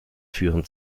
führen